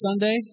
Sunday